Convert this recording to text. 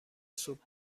صبح